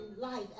life